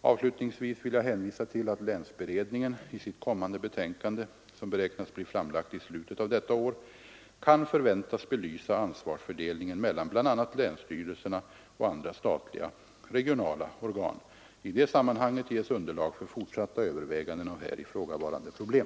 Avslutningsvis vill jag hänvisa till att länsberedningen i sitt kommande betänkande — som beräknas bli framlagt i slutet av detta år — kan förväntas belysa ansvarsfördelningen mellan bl a. länsstyrelserna och andra statliga regionala organ. I det sammanhanget ges underlag för fortsatta överväganden av här ifrågavarande problem.